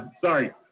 sorry